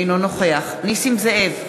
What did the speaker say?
אינו נוכח נסים זאב,